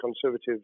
Conservatives